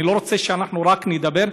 אני לא רוצה שאנחנו רק נדבר,